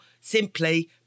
simply